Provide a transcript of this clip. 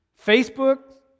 Facebook